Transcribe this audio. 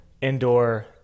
indoor